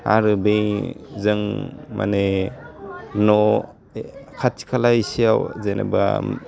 आरो बे जों माने न' खाथि खाला इसेयाव जेनेबा